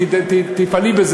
ותפעלי,